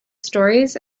stories